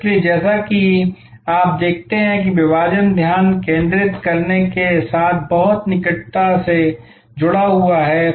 इसलिए जैसा कि आप देखते हैं विभाजन ध्यान केंद्रित करने के साथ बहुत निकटता से जुड़ा हुआ है